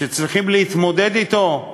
שצריכים להתמודד אתו,